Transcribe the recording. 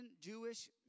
Jewish